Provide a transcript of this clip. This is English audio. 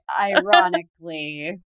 ironically